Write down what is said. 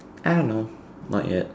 I don't know not yet